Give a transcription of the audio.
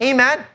Amen